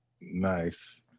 Nice